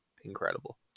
incredible